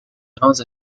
grands